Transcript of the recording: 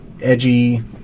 edgy